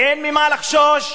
אין ממה לחשוש".